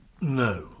No